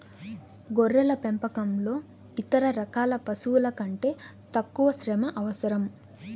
గొర్రెల పెంపకంలో ఇతర రకాల పశువుల కంటే తక్కువ శ్రమ అవసరం